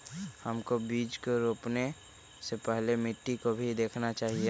हमको बीज को रोपने से पहले मिट्टी को भी देखना चाहिए?